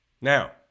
Now